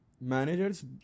managers